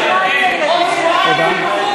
טיפולי שיניים לילדים עד גיל 18),